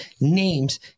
names